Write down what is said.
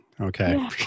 okay